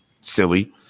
silly